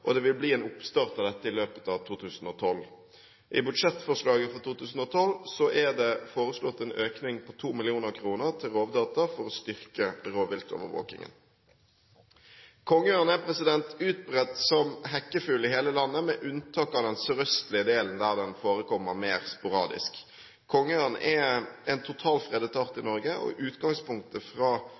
og det vil bli en oppstart av dette i løpet av 2012. I budsjettforslaget for 2012 er det foreslått en økning på 2 mill. kr til Rovdata for å styrke rovviltovervåkingen. Kongeørn er utbredt som hekkefugl i hele landet, med unntak av den sørøstlige delen, der den forekommer mer sporadisk. Kongeørn er en totalfredet art i Norge, og utgangspunktet fra